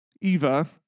Eva